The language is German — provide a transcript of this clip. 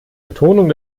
betonung